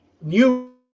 new